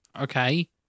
okay